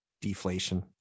deflation